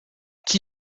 chi